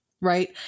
right